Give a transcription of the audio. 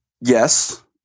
yes